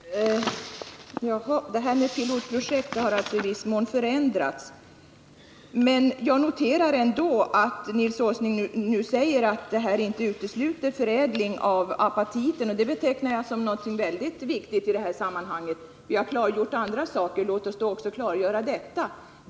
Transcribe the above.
Herr talman! Förutsättningarna för ett pilotprojekt har alltså i viss mån förändrats. Jag noterar ändå att Nils Åsling nu säger att det inträffade inte utesluter förädling av apatiten i Norrbotten. Det betecknar jag som mycket viktigt i sammanhanget. Vi har klargjort andra saker i dag — låt oss även klargöra detta.